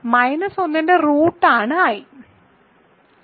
-1 ന്റെ റൂട്ട് ആണ് i